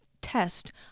test